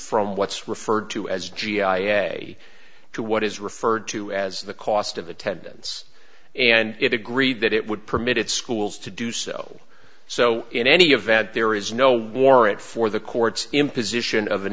from what's referred to as g i a to what is referred to as the cost of attendance and it agreed that it would permitted schools to do so so in any event there is no warrant for the court's imposition of an